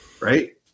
right